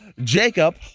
Jacob